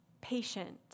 patient